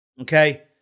okay